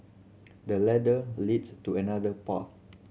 the ladder leads to another path